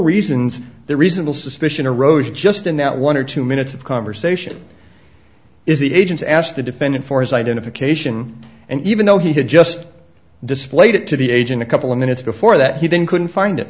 reasons the reasonable suspicion arose just in that one or two minutes of conversation is the agents asked the defendant for his identification and even though he had just displayed it to the agent a couple of minutes before that he then couldn't find